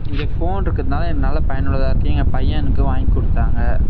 இந்த ஃபோன் இருக்கிறதுனால எனக்கு நல்ல பயன் உள்ளதாக இருக்குது எங்கள் பையன் எனக்கு வாங்கி கொடுத்தாங்க